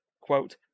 Quote